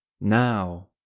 Now